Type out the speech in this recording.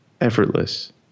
Effortless